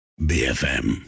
BFM